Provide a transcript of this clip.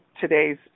today's